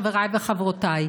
חבריי וחברותיי,